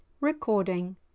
Recording